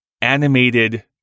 animated